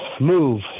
move